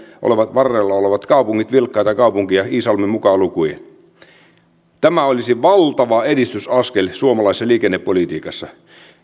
varrella olevat kaupungit vilkkaita kaupunkeja iisalmi mukaan lukien tämä olisi valtava edistysaskel suomalaisessa liikennepolitiikassa